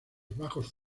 bajos